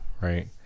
right